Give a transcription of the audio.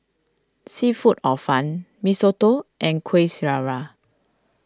Seafood Hor Fun Mee Soto and Kueh Syara